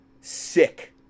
Sick